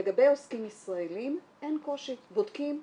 לגבי עוסקים ישראלים אין קושי בודקים,